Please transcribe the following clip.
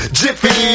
jiffy